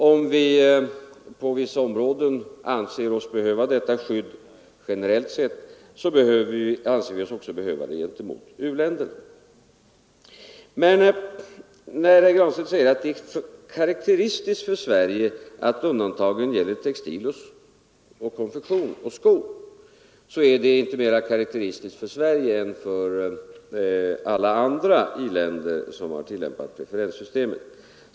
Om vi på vissa områden anser oss behöva detta skydd, generellt sett, anser vi oss också behöva det gentemot u-länderna. Herr Granstedt säger att det är karakteristiskt för Sverige att undantagen gäller textil, konfektion och skor; det är inte mer karakteristiskt för Sverige än för alla andra i-länder som har tillämpat preferenssystemet.